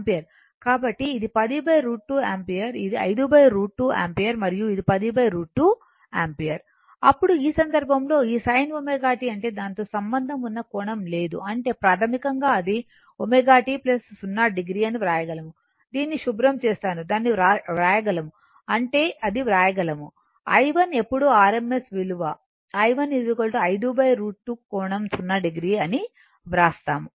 కాబట్టి ఇది 10 √ 2 యాంపియర్ ఇది 5 √ 2 యాంపియర్ మరియు ఇది 10 √ 2 యాంపియర్ ఇప్పుడు ఈ సందర్భంలో ఈ sin ω t అంటే దానితో సంబంధం ఉన్న కోణం లేదు అంటే ప్రాథమికంగా అది ω t 0 o అని వ్రాయగలము దీనిని శుభ్రం చేస్తాను దానిని వ్రాయగలము అంటే ఇది వ్రాయగలము i1 ఎప్పుడు rms విలువ i1 5 √ 2 కోణం 0 o అని వ్రాస్తాము